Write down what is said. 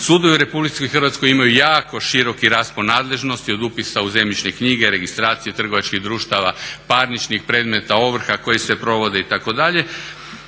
Sudovi u Republici Hrvatskoj imaju jako široki raspon nadležnosti od upisa u zemljišne knjige, registracije trgovačkih društava, parničnih predmeta, ovrha koje se provode itd.